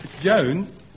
Jones